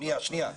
שנייה, שנייה.